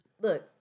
Look